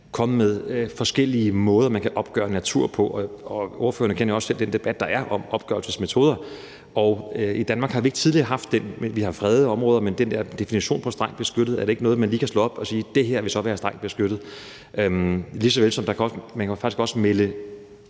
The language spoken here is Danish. roste det også lige før i min besvarelse. Ordførererne kender jo også selv til den debat, der er om opgørelsesmetoderne, og i Danmark har vi ikke tidligere haft dem. Vi har fredede områder, men den der definition med »strengt beskyttet« er ikke noget, som man lige kan slå op, så man kan sige, at det her så vil være strengt beskyttet, lige såvel som man faktisk også kan melde